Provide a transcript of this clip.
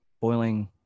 boiling